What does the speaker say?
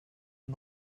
nur